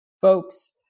folks